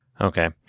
Okay